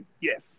yes